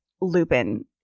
Lupin